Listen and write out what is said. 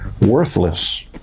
worthless